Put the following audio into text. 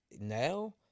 now